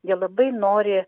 jie labai nori